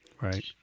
Right